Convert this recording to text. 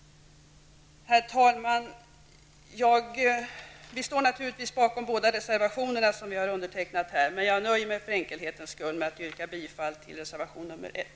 Herr talman! Vi står naturligtvis bakom de två reservationer som vi har undertecknat i detta sammanhang. För enkelhetens skulle nöjer jag mig dock med att yrka bifall till reservation nr 1.